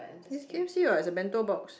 it's k_f_c what it's a bento box